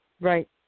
Right